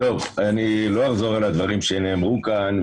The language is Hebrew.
לא אחזור על הדברים שנאמרו כאן,